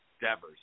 Devers